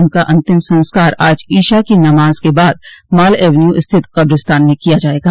उनका अंतिम संस्कार आज इशा की नमाज के बाद माल एवेन्यू स्थित कब्रिस्तान में किया जायेगा